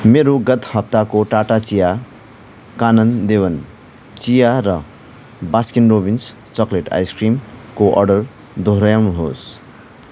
मेरो गत हप्ताको टाटा चिया कानन देवन चिया र बास्किन रोबिन्स चकलेट आइसक्रिमको अर्डर दोहोऱ्याउनुहोस्